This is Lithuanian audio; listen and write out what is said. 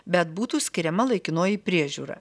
bet būtų skiriama laikinoji priežiūra